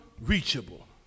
reachable